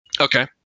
Okay